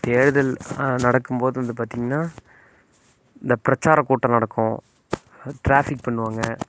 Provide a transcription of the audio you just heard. தேர்தல் நடக்கும்போது வந்து பார்த்திங்கனா இந்த பிரச்சார கூட்டம் நடக்கும் டிராஃபிக் பண்ணுவாங்க